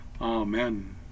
Amen